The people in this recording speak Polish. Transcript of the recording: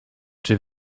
czy